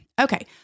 okay